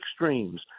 extremes